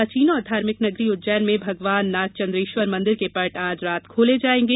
प्राचीन और धार्मिक नगरी उज्जैन में भगवान नागचन्द्रेश्वर मंदिर के पट आज रात खोले जाएंगे